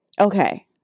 Okay